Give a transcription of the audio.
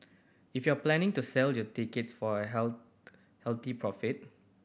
if you're planning to sell your tickets for a healthy profit